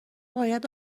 باید